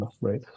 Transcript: right